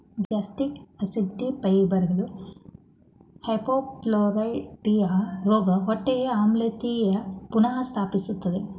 gastric ಆಸಿಡಿಫೈಯರ್ಗಳು hypochlorhydria ರೋಗಿಯ ಹೊಟ್ಟೆಯ ಆಮ್ಲೀಯತೆ ಪುನಃ ಸ್ಥಾಪಿಸ್ತದೆ